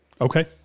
Okay